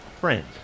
friends